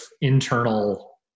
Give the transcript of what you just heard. internal